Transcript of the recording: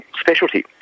specialty